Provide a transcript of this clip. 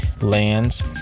lands